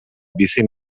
bizi